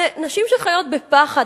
אלה נשים שחיות בפחד,